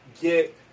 Get